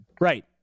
Right